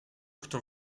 kto